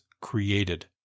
created